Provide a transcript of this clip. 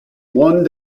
one